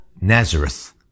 Nazareth